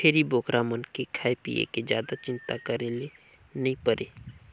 छेरी बोकरा मन के खाए पिए के जादा चिंता करे ले नइ परे